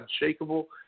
unshakable